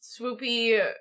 swoopy